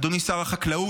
אדוני שר החקלאות,